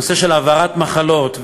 הנושא של העברת מחלות,